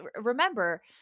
remember